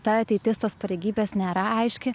ta ateitis tos pareigybės nėra aiški